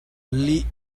lih